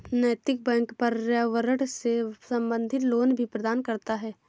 नैतिक बैंक पर्यावरण से संबंधित लोन भी प्रदान करता है